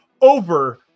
over